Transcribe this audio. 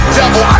devil